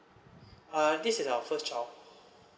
uh this is our first child